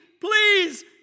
Please